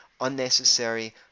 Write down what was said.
unnecessary